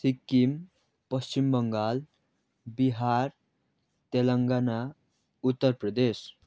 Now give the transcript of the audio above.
Sikkim Paschim Bangal Bihar Telangana Uttar Pradesh